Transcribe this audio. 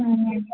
اہن حظ